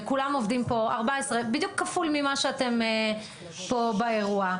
וכולם עובדים פה 14 בדיוק כפול ממה שאתם פה באירוע.